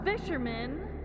fisherman